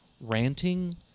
ranting